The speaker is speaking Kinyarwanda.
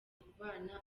kubana